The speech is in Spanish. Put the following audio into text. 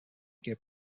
que